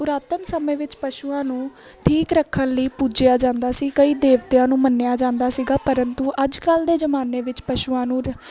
ਪੁਰਾਤਨ ਸਮਿਆਂ ਵਿੱਚ ਪਸ਼ੂਆਂ ਨੂੰ ਠੀਕ ਰੱਖਣ ਲਈ ਪੂਜਿਆਂ ਜਾਂਦਾ ਸੀ ਕਈ ਦੇਵਤਿਆਂ ਨੂੰ ਮੰਨਿਆ ਜਾਂਦਾ ਸੀਗਾ ਪਰੰਤੂ ਅੱਜ ਕੱਲ ਦੇ ਜਮਾਨੇ ਵਿੱਚ ਪਸ਼ੂਆਂ ਨੂੰ